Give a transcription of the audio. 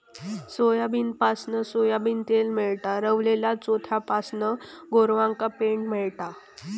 सोयाबीनपासना सोयाबीन तेल मेळता, रवलल्या चोथ्यापासना गोरवांका पेंड मेळता